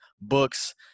books